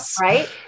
right